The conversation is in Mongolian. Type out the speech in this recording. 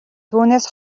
түүнээс